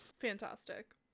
Fantastic